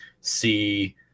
see